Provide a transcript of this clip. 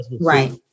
Right